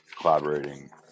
collaborating